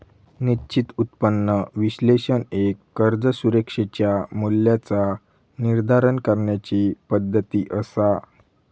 निश्चित उत्पन्न विश्लेषण एक कर्ज सुरक्षेच्या मूल्याचा निर्धारण करण्याची पद्धती असा